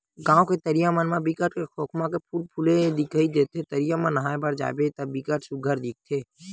गाँव के तरिया मन म बिकट के खोखमा के फूल फूले दिखई देथे, तरिया म नहाय बर जाबे त बिकट सुग्घर दिखथे